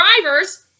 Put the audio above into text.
drivers